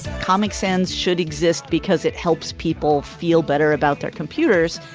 comic sans should exist because it helps people feel better about their computers.